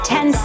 Ten